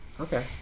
okay